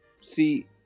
See